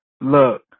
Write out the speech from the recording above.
Look